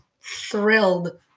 thrilled